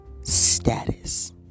status